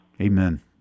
Amen